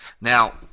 Now